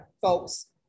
folks